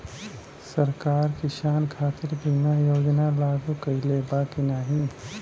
सरकार किसान खातिर बीमा योजना लागू कईले बा की ना?